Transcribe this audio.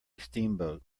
steamboat